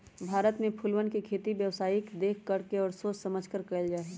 भारत में फूलवन के खेती व्यावसायिक देख कर और सोच समझकर कइल जाहई